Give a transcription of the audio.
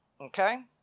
okay